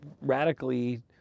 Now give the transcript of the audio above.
radically